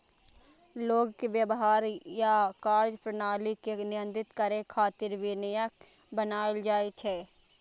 लोगक व्यवहार आ कार्यप्रणाली कें नियंत्रित करै खातिर विनियम बनाएल जाइ छै